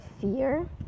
fear